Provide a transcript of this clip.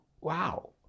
wow